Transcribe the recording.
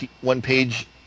one-page